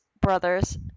brothers